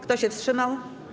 Kto się wstrzymał?